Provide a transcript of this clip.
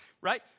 Right